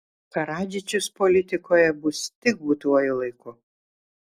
karadžičius politikoje bus tik būtuoju laiku